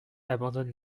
abandonne